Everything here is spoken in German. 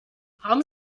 haben